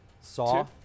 saw